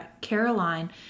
Caroline